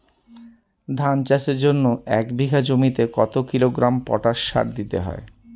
ধান চাষের জন্য এক বিঘা জমিতে কতো কিলোগ্রাম পটাশ সার দিতে হয়?